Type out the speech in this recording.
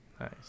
Nice